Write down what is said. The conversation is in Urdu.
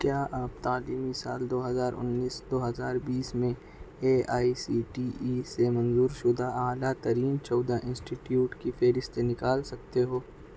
کیا آپ تعلیمی سال دو ہزار انیس دو ہزار بیس میں A I C T E سے منظور شدہ اعلی ترین چودہ انسٹیٹیوٹ کی فہرست نکال سکتے ہو